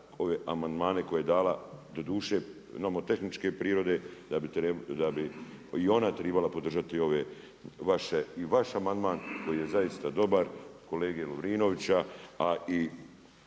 ove amandmane koje je dala, doduše imamo tehničke prirode da bi i ona trebala podržati ovaj i vaš amandman koji je zaista dobar, kolege Lovrinovića a i